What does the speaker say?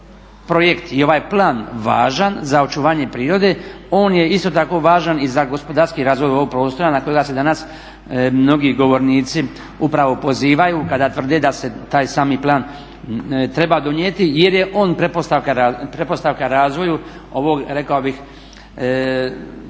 i ovaj plan važan za očuvanje prirode on je isto tako važan i za gospodarski razvoj ovog prostora na kojega se danas mnogi govornici upravo pozivaju kada tvrde da se taj sami plan treba donijeti jer je on pretpostavka razvoju ovog rekao bih djela